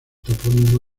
topónimo